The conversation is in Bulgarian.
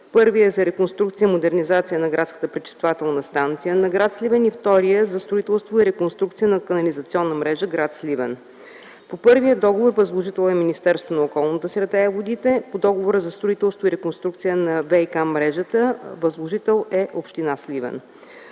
Първият е за реконструкция и модернизация на градската пречиствателна станция на гр. Сливен и вторият е за строителство и реконструкция на канализационната мрежа на гр. Сливен. По първия договор възложител е Министерството на околната среда и водите, а по договора за строителство и реконструкция на ВиК мрежата възложител е община Сливен.